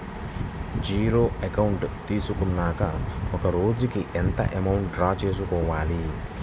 Zero account తీసుకున్నాక ఒక రోజుకి ఎంత అమౌంట్ డ్రా చేసుకోవాలి?